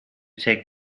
take